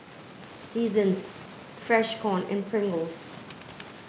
Seasons Freshkon and Pringles